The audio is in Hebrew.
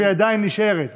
אבל היא עדיין נשארת.